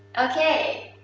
okay,